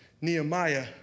Nehemiah